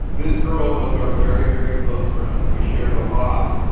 this girl was our very, very close friend. we shared a lot,